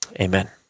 Amen